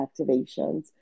activations